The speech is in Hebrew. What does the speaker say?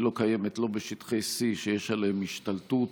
היא לא קיימת, לא בשטחי C, שיש עליהם השתלטות